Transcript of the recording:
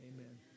Amen